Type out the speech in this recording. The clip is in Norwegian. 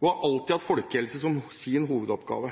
og har alltid hatt folkehelse som sin hovedoppgave.